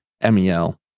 M-E-L